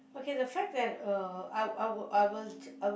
okay the fact that uh I I will I will I will